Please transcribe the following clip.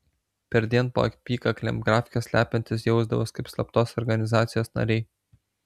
perdien po apykaklėm grafkes slepiantys jausdavosi kaip slaptos organizacijos nariai